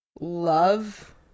love